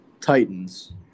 Titans